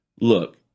Look